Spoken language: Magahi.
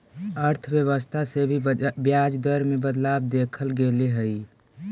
अर्थव्यवस्था से भी ब्याज दर में बदलाव देखल गेले हइ